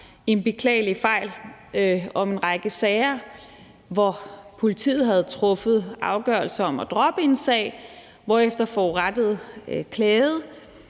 »En beklagelig fejl« om en række sager, hvor politiet havde truffet afgørelse om at droppe en sag, hvorefter forurettede klagede